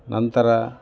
ನಂತರ